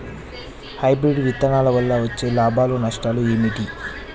Hybrid విత్తనాల వల్ల వచ్చే లాభాలు నష్టాలు ఏమిటి?